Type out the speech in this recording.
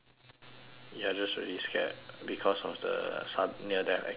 you're just really scared because of the sud~ near death experience